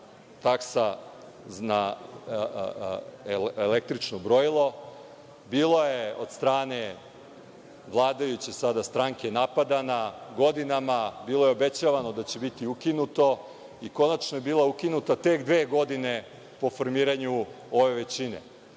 taksa na električno brojilo. Bilo je od strane sada vladajuće stranke napadana godinama, bilo je obećavano da će biti ukinuto i konačno je bila ukinuta dve godine po formiranju ove većine